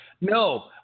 no